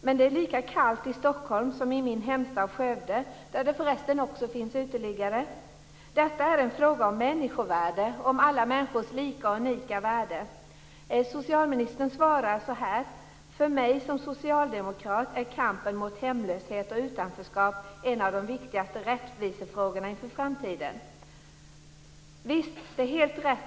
Men det är lika kallt i Stockholm som i min hemstad Skövde, där det förresten också finns uteliggare. Detta är en fråga om människovärde, om alla människors lika och unika värde. Socialministern säger i sitt svar: "För mig som socialdemokrat är kampen mot hemlöshet och utanförskap därför en av de viktigaste rättvisefrågorna inför framtiden." Visst, det är helt rätt.